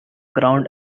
ground